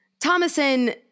Thomason